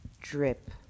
Drip